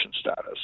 status